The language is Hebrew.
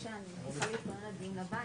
הצעה לדיון מהיר